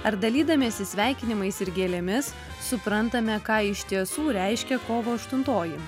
ar dalydamiesi sveikinimais ir gėlėmis suprantame ką iš tiesų reiškia kovo aštuntoji